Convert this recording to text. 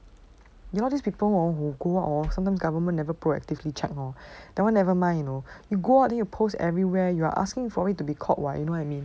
you all these people hor who go out hor sometimes government never proactively check hor that one nevermind you know you go then you post everywhere you are asking for it to be called what you know what I mean